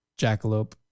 Jackalope